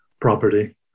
property